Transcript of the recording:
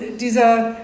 dieser